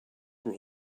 were